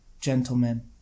gentlemen